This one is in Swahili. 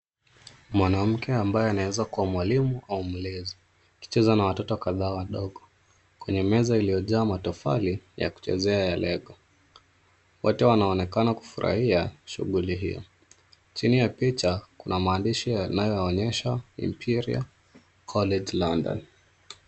Mwanamke ambaye anaeza kuwa mwalimu au mlezi, akicheza na watoto kadhaa wadogo kwenye meza iliyojaa matofali ya kuchezea ya lego. Wote wnaonekana kufurahia shughuli hiyo. Chini ya picha kuna maandishi yanayoonyesha Imperial college London.